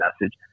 message